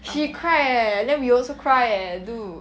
she cried eh then we also cry eh dude